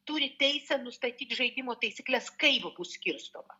turi teisę nustatyt žaidimo taisykles kaip bus skirstoma